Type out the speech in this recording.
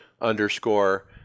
underscore